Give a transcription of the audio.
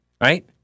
right